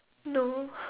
no